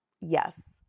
Yes